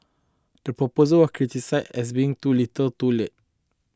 the proposal was criticised as being too little too late